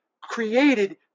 created